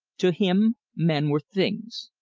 to him men were things.